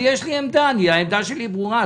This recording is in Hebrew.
יש לי עמדה והעמדה שלי ברורה.